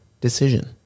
decision